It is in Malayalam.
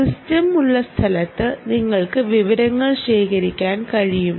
സിസ്റ്റം ഉള്ള സ്ഥലത്ത് നിങ്ങൾക്ക് വിവരങ്ങൾ ശേഖരിക്കാൻ കഴിയും